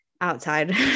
outside